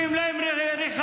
שורפים להם בתים,